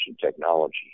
technology